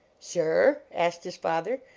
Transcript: sure? asked his father,